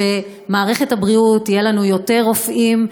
ובמערכת הבריאות יהיו לנו יותר רופאים,